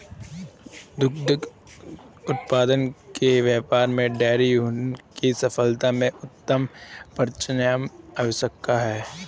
दुग्ध उत्पादन के व्यापार में डेयरी उद्योग की सफलता में उत्तम पशुचयन आवश्यक है